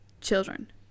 children